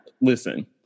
listen